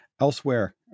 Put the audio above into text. elsewhere